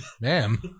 Ma'am